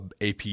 AP